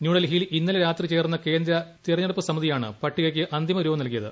ന്യൂഡൽഹിയിൽ ഇന്നലെ രാത്രി ചേർന്ന കേന്ദ്ര തിരഞ്ഞെടുപ്പ് സമിതിയാണ് പട്ടികയ്ക്ക് അന്തിമ രൂപം നൽകിയത്